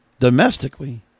Domestically